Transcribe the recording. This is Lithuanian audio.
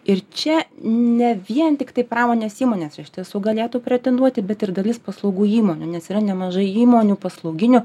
ir čia ne vien tiktai pramonės įmonės iš tiesų galėtų pretenduoti bet ir dalis paslaugų įmonių nes yra nemažai įmonių paslauginių